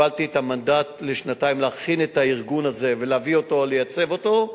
קיבלתי את המנדט לשנתיים להכין את הארגון הזה ולייצב אותו.